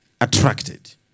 attracted